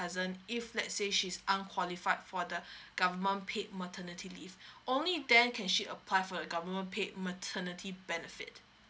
cousin if let's say she's unqualified for the government paid maternity leave only then can she apply for the government paid maternity benefit